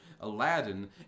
Aladdin